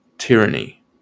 tyranny